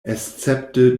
escepte